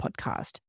podcast